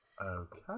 Okay